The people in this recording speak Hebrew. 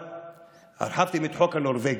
הרחבתם את החוק הנורבגי,